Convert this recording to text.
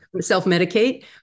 self-medicate